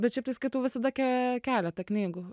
bet šiaip tai skatau visada ke keletą knygų